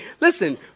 Listen